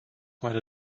meine